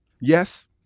Yes